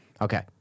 Okay